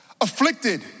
afflicted